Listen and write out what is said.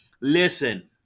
listen